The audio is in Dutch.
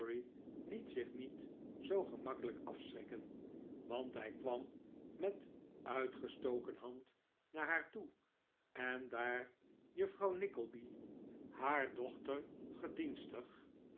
liet zich niet zoo gemakkelijk afschrikken want hij kwam met uitgestoken hand naar haar toe en daar juffrouw nickleby haar dochter gedienstig